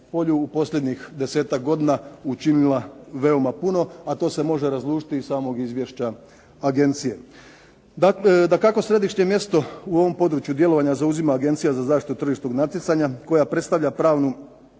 u posljednjih 10-ak godina učinila veoma puno, a to se može razlučiti i iz samog izvješća agencije. Dakako središnje mjesto u ovom području djelovanja zauzima Agencija za zaštitu tržišnog natjecanja koja predstavlja pravnu